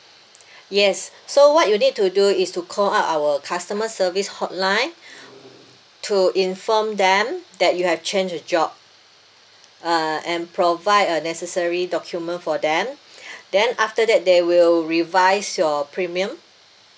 yes so what you need to do is to call up our customer service hotline to inform them that you have change the job uh and provide a necessary document for them then after that they will revise your premium